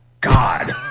God